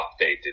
updated